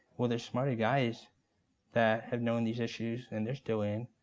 well, there's smarter guys that have known these issues and they're still in.